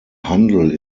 handel